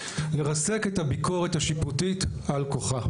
לרסק את הביקורת השיפוטית על כוחה.